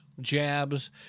jabs